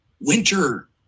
Winter